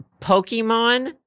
Pokemon